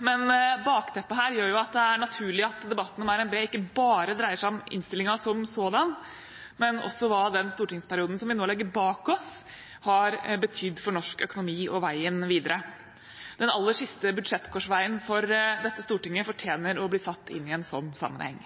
men bakteppet her gjør jo at det er naturlig at debatten om revidert nasjonalbudsjett ikke bare dreier seg om innstillingen som sådan, men også om hva den stortingsperioden vi nå legger bak oss, har betydd for norsk økonomi og veien videre. Den aller siste budsjettkorsveien for dette stortinget fortjener å bli satt inn i en slik sammenheng.